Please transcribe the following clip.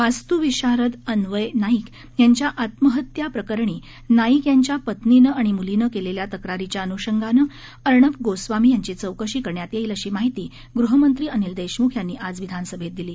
वास्तूविशारद अन्वय नाईक यांच्या आत्महत्येप्रकरणी नाईक यांच्या पत्नीनं आणि मुलीनं केलेल्या तक्रारीच्या अनुषंगानं अर्णब गोस्वामी यांची चौकशी करण्यात येईल अशी माहिती गृहमंत्री अनिल देशमुख यांनी आज विधानसभेत दिली